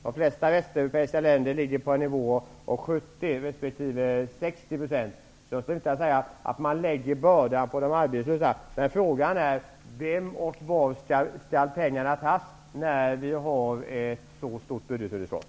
De flesta västeuropeiska länder ligger på nivåer kring 60--70 %. Jag tycker inte att vi lägger bördan på de arbetslösa. Frågan är var pengarna skall tas, när vi har ett så stort budgetunderskott.